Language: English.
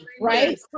right